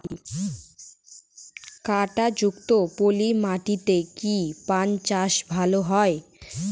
কাদা যুক্ত পলি মাটিতে কি পান চাষ ভালো হবে?